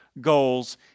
goals